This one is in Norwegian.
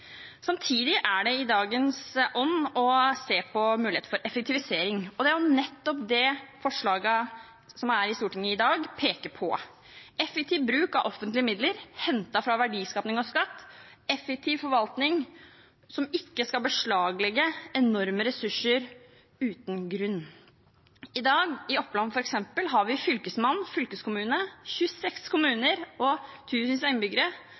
Samtidig er det i dagens ånd å se på muligheter for effektivisering, og det er nettopp det forslagene som er tatt opp i Stortinget i dag, peker på: effektiv bruk av offentlige midler som er hentet fra verdiskaping og skatt, og effektiv forvaltning som ikke skal beslaglegge enorme ressurser uten grunn. For eksempel har vi i dag i Oppland en fylkesmann, en fylkeskommune, 26 kommuner og tusenvis av innbyggere